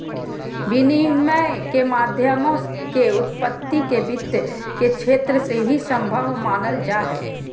विनिमय के माध्यमों के उत्पत्ति के वित्त के क्षेत्र से ही सम्भव मानल जा हइ